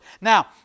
Now